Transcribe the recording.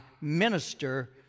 minister